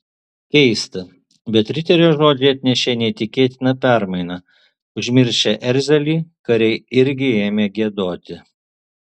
keista bet riterio žodžiai atnešė neįtikėtiną permainą užmiršę erzelį kariai irgi ėmė giedoti